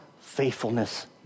faithfulness